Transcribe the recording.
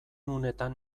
unetan